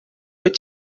wyt